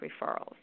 referrals